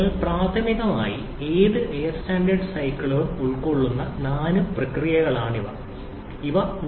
അതിനാൽ പ്രാഥമികമായി ഏത് എയർ സ്റ്റാൻഡേർഡ് സൈക്കിളും ഉൾക്കൊള്ളുന്ന നാല് പ്രക്രിയകളാണ് ഇവ